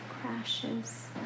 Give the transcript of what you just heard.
crashes